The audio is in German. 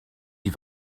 die